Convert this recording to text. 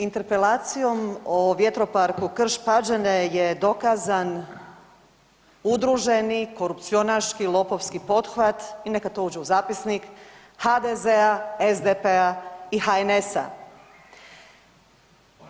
Interpelacijom o vjetroparku Krš-Pađene je dokazan udruženi korupcionaški lopovski pothvat i neka to uđe u zapisnik HDZ-a, SDP-a i HNS-a.